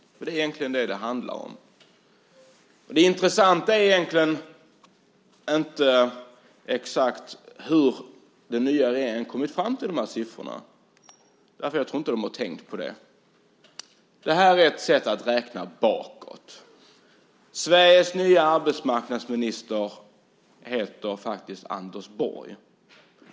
Det är egentligen det som det handlar om. Det intressanta är inte exakt hur den nya regeringen har kommit fram till de här siffrorna, därför att jag tror inte att de har tänkt på det. Det här är ett sätt att räkna bakåt. Sveriges nye arbetsmarknadsminister heter faktiskt Anders Borg.